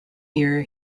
year